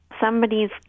somebody's